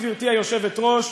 גברתי היושבת-ראש,